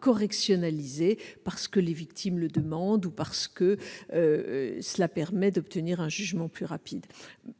correctionnalisés parce que les victimes le demandent ou parce que cela permet d'obtenir un jugement plus rapide.